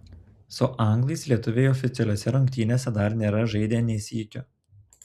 su anglais lietuviai oficialiose rungtynėse dar nėra žaidę nė sykio